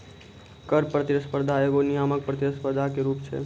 कर प्रतिस्पर्धा एगो नियामक प्रतिस्पर्धा के रूप छै